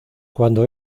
cuando